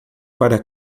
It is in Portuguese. para